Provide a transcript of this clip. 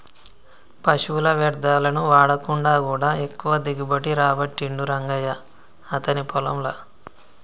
పశువుల వ్యర్ధాలను వాడకుండా కూడా ఎక్కువ దిగుబడి రాబట్టిండు రంగయ్య అతని పొలం ల